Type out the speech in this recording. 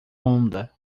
onda